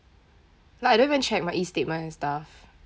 like I don't even check my E statement and stuff